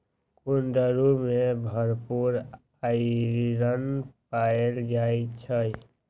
कुंदरू में भरपूर आईरन पाएल जाई छई